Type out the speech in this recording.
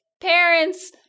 parents